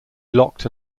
blocked